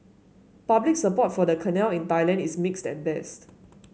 public support for the canal in Thailand is mixed at best